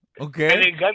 Okay